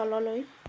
তললৈ